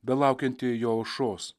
belaukiantieji jo aušros